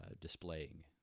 displaying